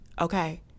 Okay